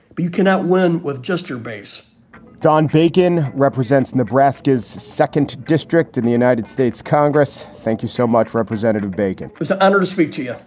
but you cannot win with just your base don bacon represents nebraska's second district in the united states congress. thank you so much, representative bacon was an honor to speak to yeah